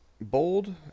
Bold